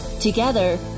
Together